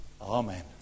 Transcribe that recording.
Amen